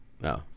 No